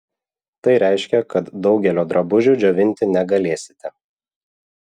tai reiškia kad daugelio drabužių džiovinti negalėsite